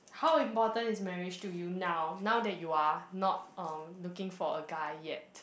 how important is marriage to you now now that you are not uh looking for a guy yet